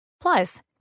Plus